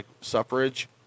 suffrage